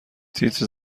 تیتر